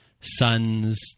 sons